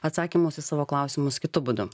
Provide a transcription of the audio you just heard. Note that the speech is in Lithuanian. atsakymus į savo klausimus kitu būdu